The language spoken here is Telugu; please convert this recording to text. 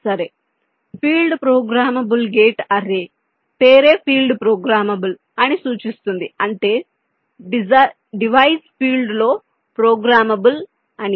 సరే ఫీల్డ్ ప్రోగ్రామబుల్ గేట్ అర్రే పేరే ఫీల్డ్ ప్రోగ్రామబుల్ అని సూచిస్తుందిఅంటే డివైస్ ఫీల్డ్లో ప్రోగ్రామబుల్ అని